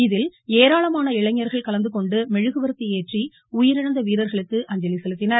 இதில் ஏராளமான இளைஞர்கள் கலந்துகொண்டு மெழுகுவர்த்தி ஏற்றி உயிரிழந்த வீரர்களுக்கு அஞ்சலி செலுத்தினர்